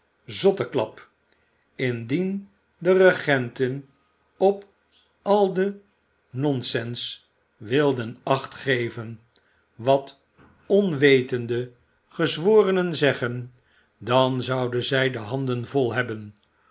zotteklap indien de regenten op al den non sens wilden acht geven wat onwetende gezworenen zeggen dan zouden zij de handen vol hebben